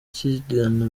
kigana